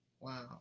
Wow